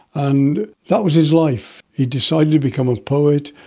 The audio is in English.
and that was his life. he decided to become a poet.